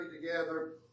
together